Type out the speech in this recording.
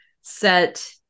set